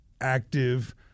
active